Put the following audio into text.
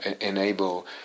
enable